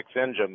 engine